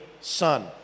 son